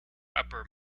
upper